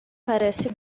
parece